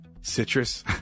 Citrus